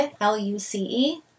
L-U-C-E